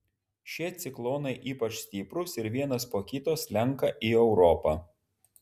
šie ciklonai ypač stiprūs ir vienas po kito slenka į europą